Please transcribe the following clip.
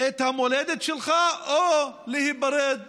את המולדת שלך או להיפרד